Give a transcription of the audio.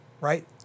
right